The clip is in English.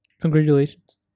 Congratulations